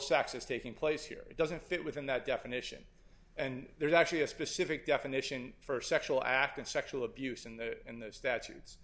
sex is taking place here it doesn't fit within that definition and there's actually a specific definition for sexual act and sexual abuse and in the statutes